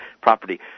property